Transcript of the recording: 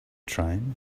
train